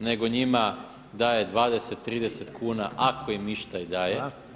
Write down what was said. nego njima daje 20, 30 kuna ako im išta i daje.